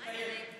מיסייה טייב.